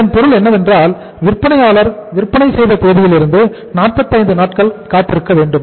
இதன் பொருள் என்னவென்றால் விற்பனையாளர் விற்பனை செய்த தேதியிலிருந்து 45 நாட்கள் காத்திருக்க வேண்டும்